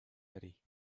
ready